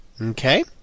Okay